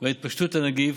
והתפשטות הנגיף,